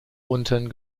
unten